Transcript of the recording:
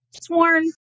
sworn